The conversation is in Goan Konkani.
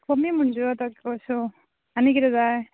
कमी म्हणजे आतां कश्यो आनी कितें जाय